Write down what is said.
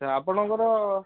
ଆଚ୍ଛା ଆପଣଙ୍କର